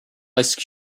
ice